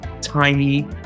tiny